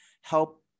help